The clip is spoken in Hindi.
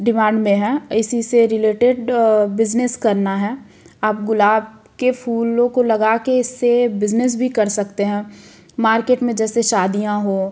डिमांड में है इसी से रिलेटेड बिज़नेस करना है आप गुलाब के फूलों को लगा कर इससे बिज़नेस भी कर सकते हैं मार्केट में जैसे शादियाँ हों